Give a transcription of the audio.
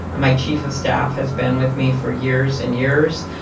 my chief of staff has been with me for years and years.